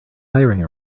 hiring